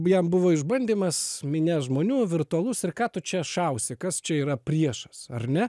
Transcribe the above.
abiem buvo išbandymas minia žmonių virtualus ir ką tu čia šausi kas čia yra priešas ar ne